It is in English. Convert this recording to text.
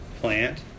plant